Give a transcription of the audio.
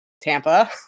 Tampa